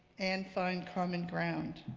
and find common ground.